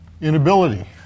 inability